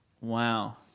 wow